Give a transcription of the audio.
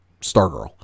Stargirl